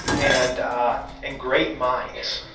and and great minds.